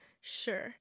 sure